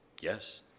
Yes